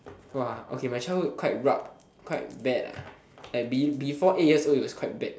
!wah! okay my childhood quite rab~ quite bad lah like be~ before eight years old it was quite bad